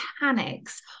mechanics